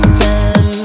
ten